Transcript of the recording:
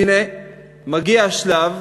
והנה מגיע השלב